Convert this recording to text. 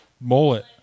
mullet